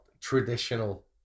traditional